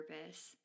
purpose